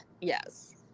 Yes